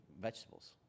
vegetables